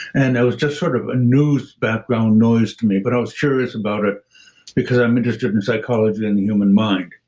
and it was just sort of a news background noise to me, but i was curious about it because i'm interested in psychology and the human mind.